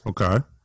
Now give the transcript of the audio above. okay